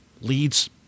leads